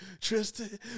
tristan